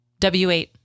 W8